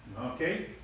Okay